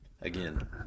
Again